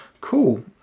Cool